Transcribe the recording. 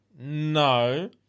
No